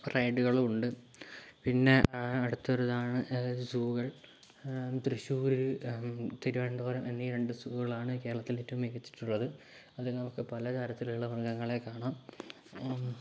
റൈഡുകളും ഉണ്ട് പിന്നെ അടുത്തൊരു ഇതാണ് സൂകൾ തൃശ്ശൂർ തിരുവനന്തപുരം എന്നി രണ്ട് സൂകളാണ് കേരളത്തിൽ ഏറ്റവും മികച്ചിട്ടുള്ളത് അതിൽ നമുക്ക് പല തരത്തിലുള്ള മൃഗങ്ങളെ കാണാം